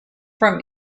from